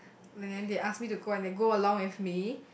and then they ask me to go and they go along with me